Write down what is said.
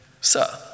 Sir